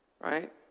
Right